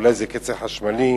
אולי זה קצר חשמלי.